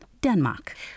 Denmark